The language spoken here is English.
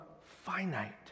finite